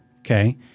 Okay